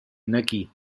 energie